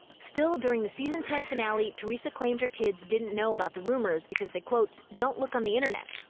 still, during the season ten finale, teresa claimed her kids didn't know about the rumors because they quote don't look on the internet,